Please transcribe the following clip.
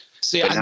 See